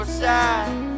side